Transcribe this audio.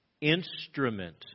instrument